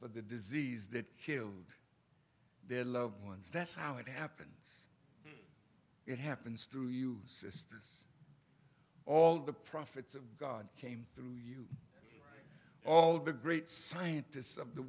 but the disease that killed their loved ones that's how it happens it happens through you sisters all the prophets of god came through all the great scientists of the